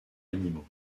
animaux